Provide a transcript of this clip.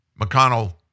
McConnell